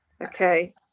Okay